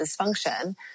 dysfunction